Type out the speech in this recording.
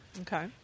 Okay